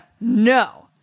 No